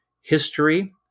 history